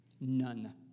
None